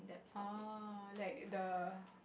oh like the